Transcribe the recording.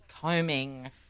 combing